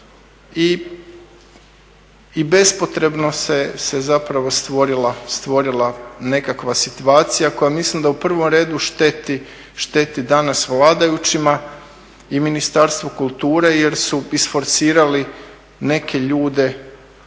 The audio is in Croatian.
i bespotrebno se zapravo stvorila nekakva situacija koja mislim da u prvom redu šteti danas vladajućima i Ministarstvu kulture jer su isforsirali neke ljude